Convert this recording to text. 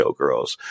showgirls